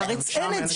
בארץ אין את זה.